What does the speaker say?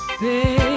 baby